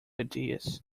ideas